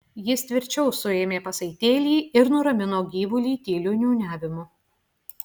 jis tvirčiau suėmė pasaitėlį ir nuramino gyvulį tyliu niūniavimu